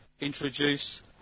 introduce